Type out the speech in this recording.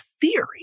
theory